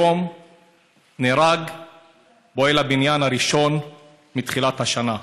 היום נהרג פועל הבניין הראשון מתחילת השנה,